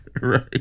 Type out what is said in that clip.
Right